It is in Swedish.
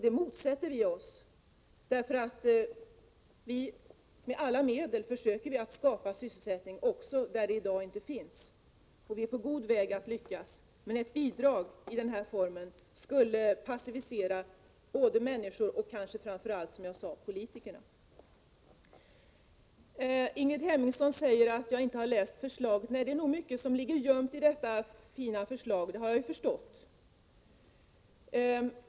Detta motsätter vi oss, därför att vi med alla medel försöker att skapa sysselsättning också där sådan inte finns i dag. Och vi är på god väg att lyckas. Men ett bidrag i den här formen skulle passivisera både människor och, som jag sade, kanske framför allt politikerna. Ingrid Hemmingsson säger att jag inte har läst förslaget. Det är nog mycket som ligger gömt i detta enligt henne fina förslag — det har jag förstått.